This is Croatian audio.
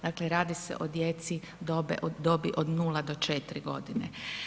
Dakle, radi se o djeci dobi od 0 do 4 godine.